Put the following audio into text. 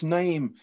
name